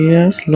Yes